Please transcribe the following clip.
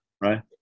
right